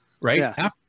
right